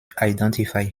identify